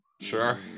sure